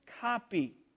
copy